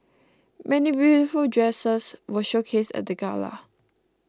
many beautiful dresses were showcased at the gala